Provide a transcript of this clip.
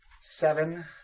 seven